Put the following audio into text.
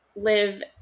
live